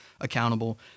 accountable